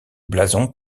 blason